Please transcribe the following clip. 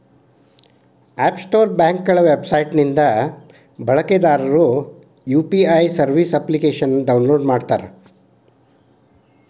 app store ಬ್ಯಾಂಕ್ಗಳ website ನಿಂದ ಬಳಕೆದಾರರು ಯು.ಪಿ.ಐ ಸರ್ವಿಸ್ ಅಪ್ಲಿಕೇಶನ್ನ ಡೌನ್ಲೋಡ್ ಮಾಡುತ್ತಾರೆ